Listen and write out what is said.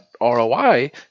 ROI